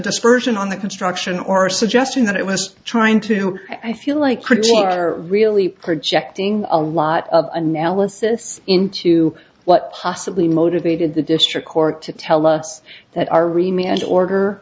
dispersion on the construction or suggesting that it was trying to i feel like critics are really projecting a lot of analysis into what possibly motivated the district court to tell us that our remit order